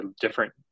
different